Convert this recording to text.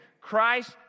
Christ